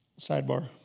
Sidebar